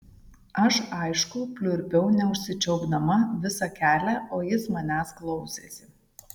aš aišku pliurpiau neužsičiaupdama visą kelią o jis manęs klausėsi